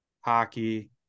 hockey